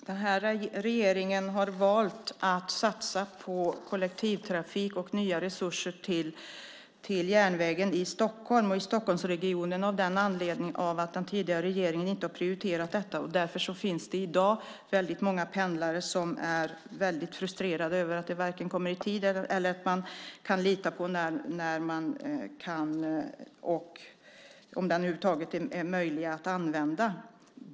Herr talman! Regeringen har valt att satsa på kollektivtrafik och nya resurser till järnvägen i Stockholm och Stockholmsregionen av den anledningen att den tidigare regeringen inte har prioriterat detta. Därför finns det i dag många pendlare som är väldigt frustrerade över att de varken kommer i tid eller kan lita på att pendeln över huvud taget är möjlig att använda.